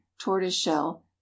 tortoiseshell